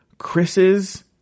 Chris's